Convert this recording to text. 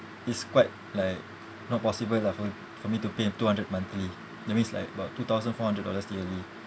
it's quite like not possible lah for for me to pay two hundred monthly that means like about two thousand four hundred dollars yearly